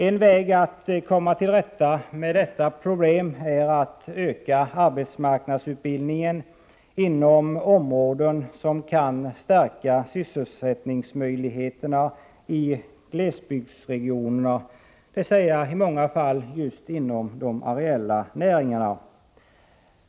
En väg att komma till rätta med detta problem är att öka arbetsmarknadsutbildningen inom områden som kan förbättra sysselsättningsmöjligheterna i glesbygdsregionerna, dvs. i många fall inom de areella näringarna.